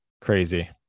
Crazy